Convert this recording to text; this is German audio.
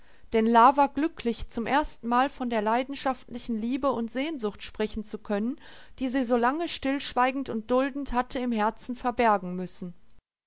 denn la war glücklich zum erstenmal von der leidenschaftlichen liebe und sehnsucht sprechen zu können die sie so lange stillschweigend und duldend hatte im herzen verbergen müssen